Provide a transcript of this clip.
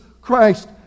Christ